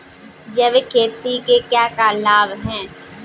जैविक खेती के क्या लाभ हैं?